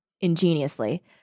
ingeniously